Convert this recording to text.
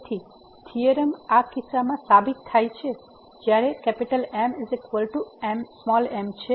તેથી થીયોરમ આ કિસ્સામાં સાબિત થાય છે જ્યારે Mm છે